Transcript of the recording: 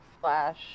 Flash